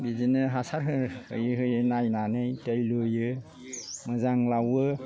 बिदिनो हासार होयै होयै नायनानै दै लुयो मोजां लावो